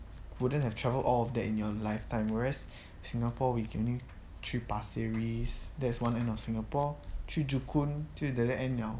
you wouldn't have travelled all of that in your lifetime whereas singapore we can 去 pasir ris that's one end of singapore 去 joo koon 就 the other end liao